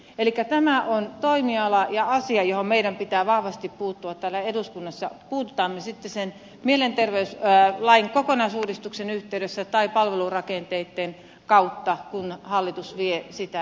elikkä tämä on toimiala ja asia johon meidän pitää vahvasti puuttua täällä eduskunnassa puutumme me sitten sen mielenterveyslain kokonaisuudistuksen yhteydessä tai palvelurakenteitten kautta kun hallitus vie sitä eteenpäin